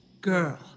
Girl